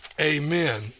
Amen